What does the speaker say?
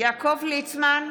יעקב ליצמן,